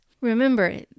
Remember